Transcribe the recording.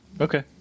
Okay